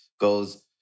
goes